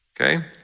Okay